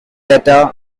letters